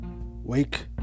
wake